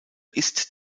ist